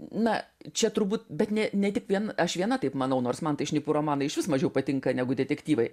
na čia turbūt bet ne ne tik vien aš viena taip manau nors man tai šnipų romanai išvis mažiau patinka negu detektyvai